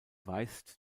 weist